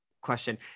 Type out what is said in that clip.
Question